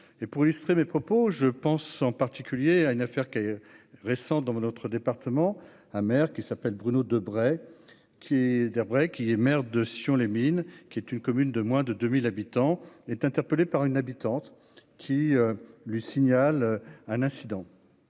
pour illustrer mes propos, je pense en particulier à une affaire qui est récente dans notre département, un maire qui s'appelle Bruno Debray qui est, d'après qui est maire de sur les mines qui est une commune de moins de 2000 habitants, est interpellé par une habitante qui le signale un incident